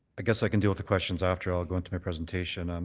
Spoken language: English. i guess i can deal with the questions after. i'll go into my presentation. and